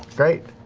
great.